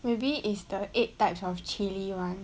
maybe is the eight types of chilli [one]